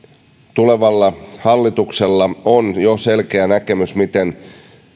tulevalla hallituksella on jo selkeä näkemys miten